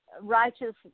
Righteous